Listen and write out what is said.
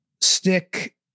stick